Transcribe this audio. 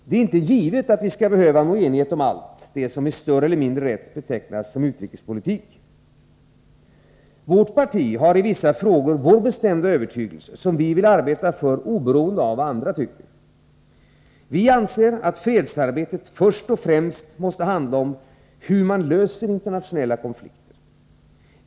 Det är inte givet att vi skall behöva nå enighet om allt det som med större eller mindre rätt betecknas som utrikespolitik. Vi har i vårt parti i vissa frågor vår bestämda övertygelse, som vi vill arbeta för oberoende av vad andra tycker. Vi anser att fredsarbetet först och främst måste handla om hur man löser internationella konflikter.